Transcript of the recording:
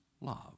love